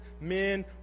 men